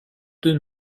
deux